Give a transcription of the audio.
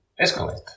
escalate